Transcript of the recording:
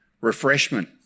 refreshment